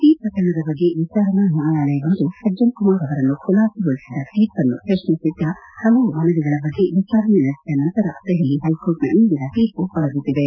ಈ ಪ್ರಕರಣದ ಬಗ್ಗೆ ವಿಚಾರಣಾ ನ್ಯಾಯಾಲಯವೊಂದು ಸಜ್ಜನ್ ಕುಮಾರ್ ಅವರನ್ನು ಖುಲಾಸೆಗೊಳಿಸಿದ್ದ ತೀರ್ಪನ್ನು ಪ್ರಶ್ನಿಸಿದ್ದ ಹಲವು ಮನವಿಗಳ ಬಗ್ಗೆ ವಿಚಾರಣೆ ನಡೆಸಿದ ನಂತರ ದೆಹಲಿ ಹೈಕೋರ್ಟ್ನ ಇಂದಿನ ತೀರ್ಪು ಹೊರಬಿದ್ದಿದೆ